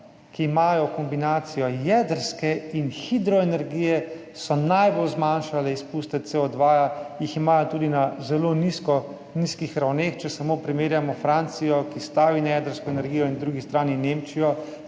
ki imajo kombinacijo jedrske in hidroenergije, najbolj zmanjšale izpuste CO2, jih imajo tudi na zelo nizkih ravneh. Če samo primerjamo Francijo, ki stavi na jedrsko energijo, in na drugi strani Nemčijo,